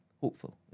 hopeful